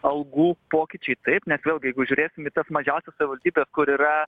algų pokyčiai taip nes vėlgi jeigu žiūrėsim į tas mažiausias valstybes kur yra